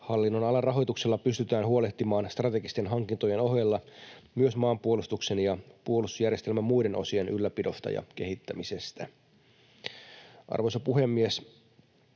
hallinnonalan rahoituksella pystytään huolehtimaan strategisten hankintojen ohella myös maanpuolustuksen ja puolustusjärjestelmän muiden osien ylläpidosta ja kehittämisestä. Arvoisa puhemies!